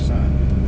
a'ah